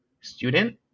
student